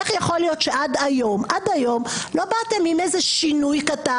איך יכול להיות שעד היום לא באתם עם איזה שינוי קטן,